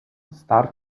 star